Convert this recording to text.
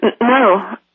No